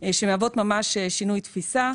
שמהוות ממש שינוי תפיסה.